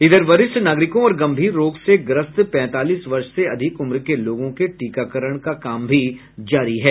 इधर वरिष्ठ नागरिकों और गंभीर रोग से ग्रस्त पैंतालीस वर्ष से अधिक उम्र के लोगों के टीकाकरण का काम भी जारी है